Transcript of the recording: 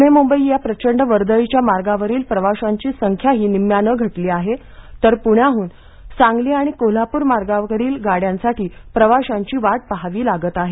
पुणे मुंबई या प्रचंड वर्दळीच्या मार्गावरील प्रवाशांची संख्याही निम्म्यानं घटली आहे तर पुण्यावरून सांगली आणि कोल्हापूर मार्गावरील गाड्यांसाठी प्रवाशांची वाट पाहावी लागत आहे